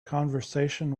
conversation